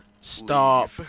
Stop